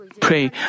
pray